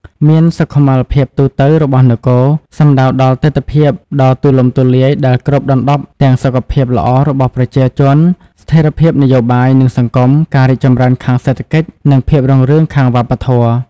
មានសុខុមាលភាពទូទៅរបស់នគរ សំដៅដល់ទិដ្ឋភាពដ៏ទូលំទូលាយដែលគ្របដណ្តប់ទាំងសុខភាពល្អរបស់ប្រជាជន ស្ថិរភាពនយោបាយ និងសង្គម ការរីកចម្រើនខាងសេដ្ឋកិច្ច និងភាពរុងរឿងខាងវប្បធម៌។